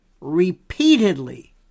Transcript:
repeatedly